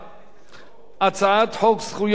הצעת חוק זכויות הדייר